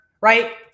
right